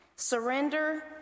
Surrender